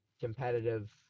competitive